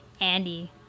Andy